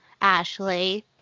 Ashley